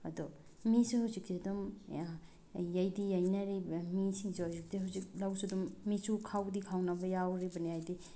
ꯑꯗꯣ ꯃꯤꯁꯨ ꯍꯧꯖꯤꯛꯇꯤ ꯑꯗꯨꯝ ꯌꯩꯗꯤ ꯌꯩꯅꯔꯤꯕ ꯃꯤꯁꯤꯡꯁꯨ ꯍꯧꯖꯤꯛꯇꯤ ꯍꯧꯖꯤꯛ ꯂꯧꯁꯨ ꯑꯗꯨꯝ ꯃꯤꯁꯨ ꯈꯥꯎꯕꯨꯗꯤ ꯈꯥꯎꯅꯕ ꯌꯥꯎꯔꯤꯕꯅꯦ ꯍꯥꯏꯗꯤ